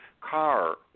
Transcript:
car